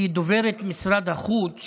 כי דוברת משרד החוץ,